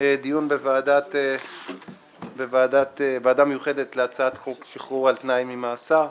דיון בוועדה המיוחדת להצעת חוק שחרור על תנאי ממאסר.